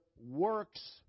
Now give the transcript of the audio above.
works